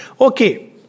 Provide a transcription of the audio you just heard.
Okay